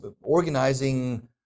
organizing